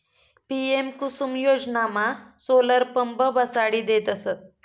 PM Kusum योजनामा solar pump बसाडी देतस